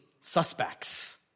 suspects